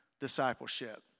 discipleship